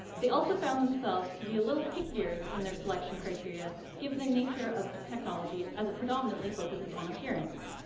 they also found themselves to be a little pickier in their selection criteria, given the nature of technology as it predominately focuses on appearance.